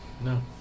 no